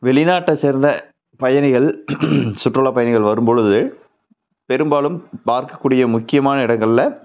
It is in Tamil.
வெளிநாட்டை சேர்ந்த பயணிகள் சுற்றுலா பயணிகள் வரும் பொழுது பெரும்பாலும் பார்க்க கூடிய முக்கியமான இடங்கள்ல